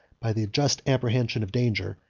by the just apprehension of danger,